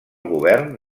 govern